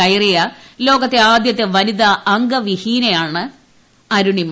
കയറിയ ലോകത്തെ ആദ്യത്തി വനിതാ അംഗവിഹീനയാണ് അരുണിമ